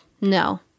no